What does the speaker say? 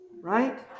right